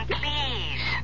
please